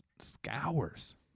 scours